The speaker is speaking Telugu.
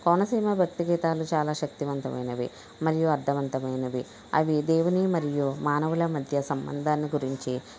కోనసీమ భక్తి గీతాలు చాలా శక్తివంతమైనవి మరియు అర్థవంతమైనవి అవి దేవుని మరియు మానవుల మధ్య సంబంధాన్ని గురించి